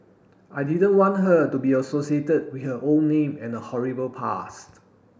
I didn't want her to be associated with her old name and her horrible past